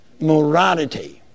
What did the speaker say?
morality